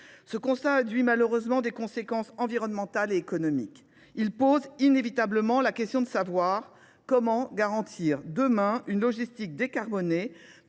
Ce constat aduit malheureusement des conséquences environnementales et économiques. Il pose inévitablement la question de savoir comment garantir demain une logistique décarbonée